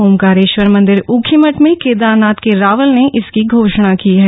ओंकारेश्वर मंदिर ऊखीमठ में केदारनाथ के रावल ने इसकी घोषणा की है